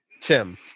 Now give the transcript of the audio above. Tim